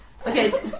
Okay